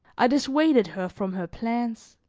i dissuaded her from her plans,